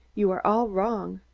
you are all wrong.